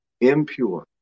impure